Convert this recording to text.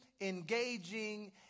Engaging